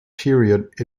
period